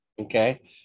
Okay